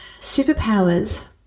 superpowers